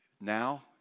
now